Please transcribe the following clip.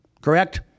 correct